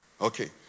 Okay